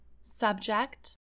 subject